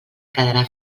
quedarà